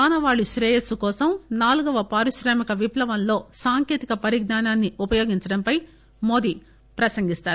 మానవాళి శ్రేయస్పు కోసం నాలుగవ పారిశ్రామిక విప్లవంలో సాంకేతిక పరిజ్ఞానాన్ని ఉపయోగించడంపై మోదీ ప్రసంగిస్తారు